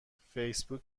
فیسبوک